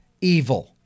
evil